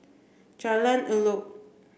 Jalan Elok